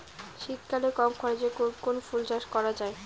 শীতকালে কম খরচে কোন কোন ফুল চাষ করা য়ায়?